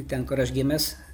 ten kur aš gimęs